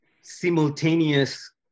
simultaneous